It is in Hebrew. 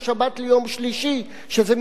שזה ממילא יום חלש של הכנסת,